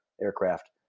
aircraft